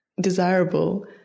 desirable